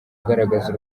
agaragaza